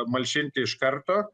malšinti iš karto